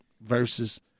versus